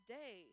day